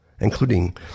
Including